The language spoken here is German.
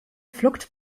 flockt